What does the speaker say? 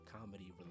Comedy